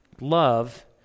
Love